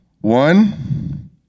One